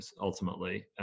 ultimately